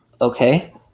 Okay